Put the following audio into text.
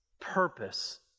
purpose